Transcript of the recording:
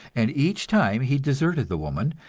and each time he deserted the woman,